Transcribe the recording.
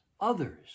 others